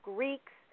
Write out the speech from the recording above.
Greeks